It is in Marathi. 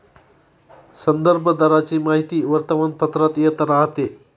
संदर्भ दराची माहिती वर्तमानपत्रात येत राहते